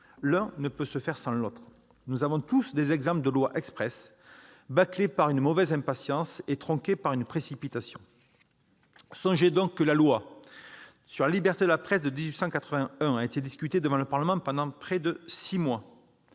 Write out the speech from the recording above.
L'un ne peut se faire sans l'autre. Nous avons tous des exemples de lois express, bâclées par une mauvaise impatience et tronquées par une précipitation. Songez que la loi de 1881 sur la liberté de la presse a été discutée devant le Parlement pendant près de six mois